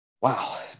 Wow